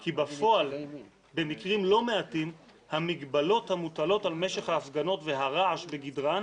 כי בפועל במקרים לא מעטים המגבלות המוטלות על משך ההפגנות והרעש בגדרן